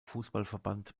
fußballverband